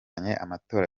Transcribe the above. amatora